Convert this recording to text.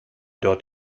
dort